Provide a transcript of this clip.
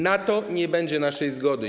Na to nie będzie naszej zgodny.